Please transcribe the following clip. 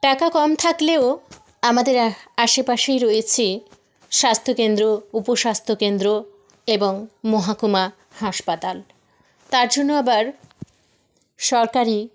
টাকা কম থাকলেও আমাদের আশেপাশেই রয়েছে স্বাস্থ্য কেন্দ্র উপস্বাস্থ্য কেন্দ্র এবং মহকুমা হাসপাতাল তার জন্য আবার সরকারি